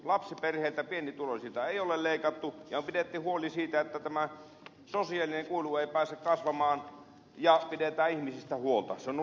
lapsiperheiltä ja pienituloisilta ei ole leikattu ja on pidetty huoli siitä että tämä sosiaalinen kuilu ei pääse kasvamaan ja pidetään ihmisistä huolta